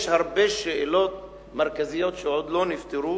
יש הרבה שאלות מרכזיות שעוד לא נפתרו,